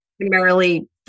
primarily